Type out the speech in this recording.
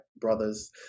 brothers